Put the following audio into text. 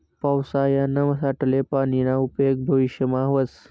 पावसायानं साठेल पानीना उपेग भविष्यमा व्हस